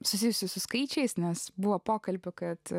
susijusi su skaičiais nes buvo pokalbių kad